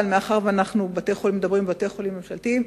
אבל מאחר שאנחנו מדברים על בתי-חולים ממשלתיים,